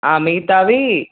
మిగితావి